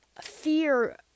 fear